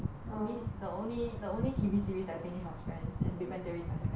only s~ the only T_V series that I finished were friends and big bang theory the second one